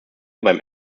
beim